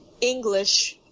English